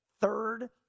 Third